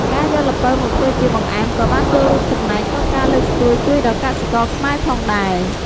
ការយកល្ពៅមកធ្វើជាបង្អែមក៏បានចូលរួមចំណែកក្នងការលើកស្ទួយជួយដល់កសិករខ្មែរផងដែរ។